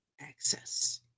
access